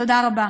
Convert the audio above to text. תודה רבה.